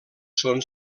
són